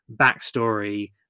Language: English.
backstory